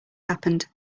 happened